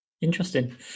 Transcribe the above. Interesting